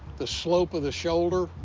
the slope of the shoulder,